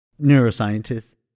neuroscientist